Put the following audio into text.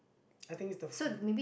I think it's the food